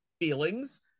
feelings